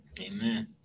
Amen